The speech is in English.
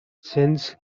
since